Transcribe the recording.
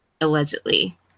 allegedly